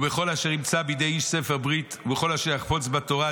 ובכל אשר ימצא בידי איש ספר ברית וכל אשר יחפוץ בתורה,